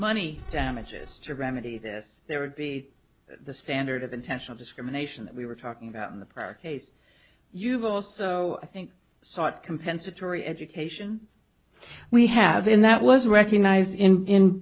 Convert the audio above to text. money damages to remedy this there would be the standard of intentional discrimination that we were talking about in the prior case you've also i think sought compensatory education we have in that was recognize in